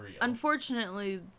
Unfortunately